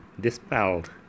dispelled